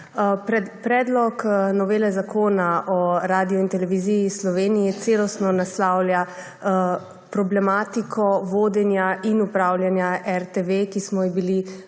Predlog novele Zakona o Radioteleviziji Slovenija celostno naslavlja problematiko vodenja in upravljanja RTV, ki smo ji bili